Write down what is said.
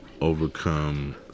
Overcome